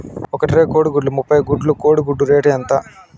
ఒక ట్రే కోడిగుడ్లు ముప్పై గుడ్లు కోడి గుడ్ల రేటు ఎంత?